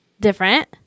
different